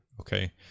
Okay